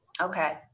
Okay